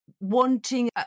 wanting